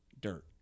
dirt